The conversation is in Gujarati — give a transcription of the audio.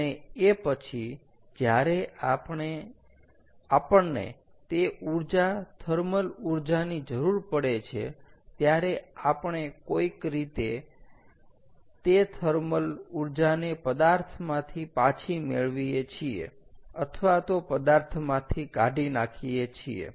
અને એ પછી જ્યારે આપણને તે ઊર્જા થર્મલ ઊર્જાની જરૂર પડે છે ત્યારે આપણે કોઈક રીતે કે થર્મલ ઊર્જાને પદાર્થમાંથી પાછી મેળવીએ છીએ અથવા તો પદાર્થમાંથી કાઢી નાખીએ છીએ